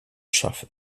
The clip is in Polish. szafy